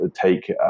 take